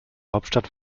hauptstadt